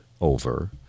over